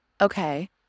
Okay